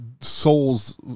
souls